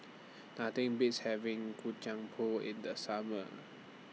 Nothing Beats having Kacang Pool in The Summer